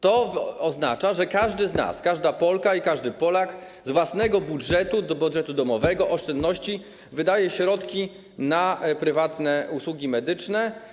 To oznacza, że każdy z nas, każda Polka i każdy Polak, z własnego budżetu, budżetu domowego, oszczędności, wydaje środki na prywatne usługi medyczne.